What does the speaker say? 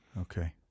okay